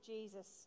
Jesus